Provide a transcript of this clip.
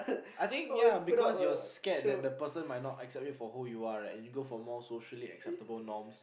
I think ya because you're scared that the person might not accept you for who you are right you go for more socially acceptable norms